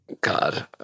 God